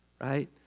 Right